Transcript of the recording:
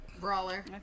Brawler